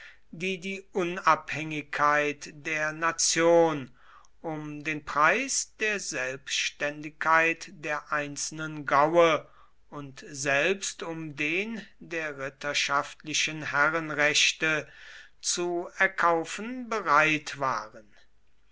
die die unabhängigkeit der nation um den preis der selbständigkeit der einzelnen gaue und selbst um den der ritterschaftlichen herrenrechte zu erkaufen bereit waren